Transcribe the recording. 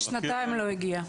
שנתיים לא הגיע.